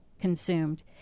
consumed